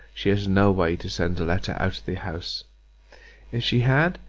she has no way to send a letter out of the house if she had,